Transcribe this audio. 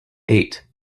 eight